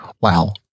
Wow